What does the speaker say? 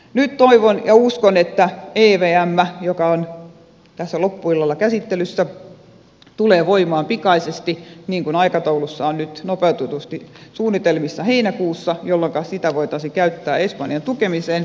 nyt toivon ja uskon että evm joka on tässä loppuillasta käsittelyssä tulee voimaan pikaisesti heinäkuussa niin kuin aikataulussa on nyt nopeutetusti suunnitelmissa jolloinka sitä voitaisiin käyttää espanjan tukemiseen